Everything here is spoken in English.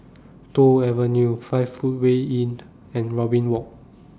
Toh Avenue five Footway Inn and Robin Walk